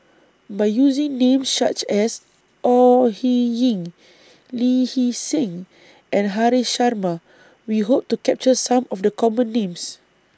By using Names such as Au Hing Yee Lee Hee Seng and Haresh Sharma We Hope to capture Some of The Common Names